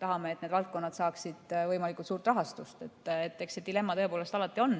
tahame, et need valdkonnad saaksid võimalikult suure rahastuse. Eks see dilemma tõepoolest alati on.